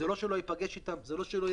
זה לא שהוא לא ייפגש איתם,